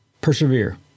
Persevere